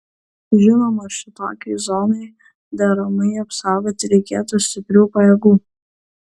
žinoma šitokiai zonai deramai apsaugoti reikėtų stiprių pajėgų